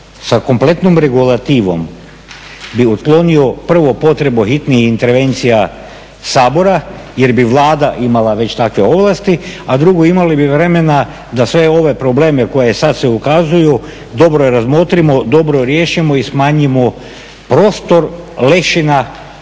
sa kompletnom regulativom bi otklonio prvo potrebe hitnih intervencija Sabora jer bi Vlada imala već takve ovlasti a drugo imali bi vremena da sve ove probleme koji sad se ukazuju dobro razmotrimo, dobro riješimo i smanjimo prostor lešina,